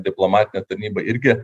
diplomatinė tarnyba irgi